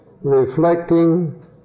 reflecting